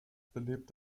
belebt